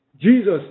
Jesus